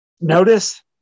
notice